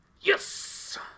Yes